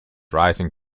rising